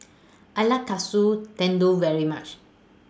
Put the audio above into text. I like Katsu Tendon very much